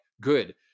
good